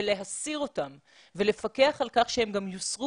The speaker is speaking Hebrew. להסיר אותם ולפקח על כך שהם גם יוסרו